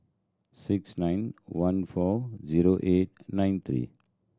six nine one four zero eight nine three